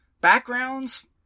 backgrounds